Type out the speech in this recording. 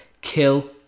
kill